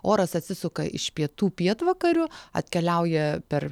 oras atsisuka iš pietų pietvakarių atkeliauja per